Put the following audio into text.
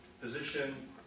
position